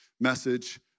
message